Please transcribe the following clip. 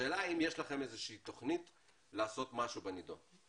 האם יש לכם איזושהי תוכנית לעשות משהו בנידון?